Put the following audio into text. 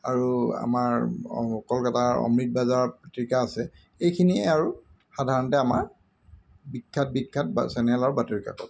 আৰু আমাৰ কলকাতাৰ অমৃত বাজাৰ পত্ৰিকা আছে এইখিনিয়ে আৰু সাধাৰণতে আমাৰ বিখ্যাত বিখ্যাত বা চেনেল আৰু বাতৰিকাকত